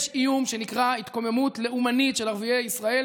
יש איום שנקרא התקוממות לאומנית של ערביי ישראל,